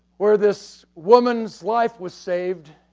where this woman's life was saved,